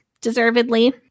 deservedly